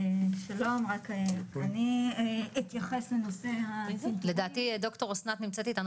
אסנת נמצאת איתנו